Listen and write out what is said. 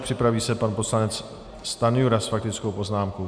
Připraví se pan poslanec Stanjura s faktickou poznámkou.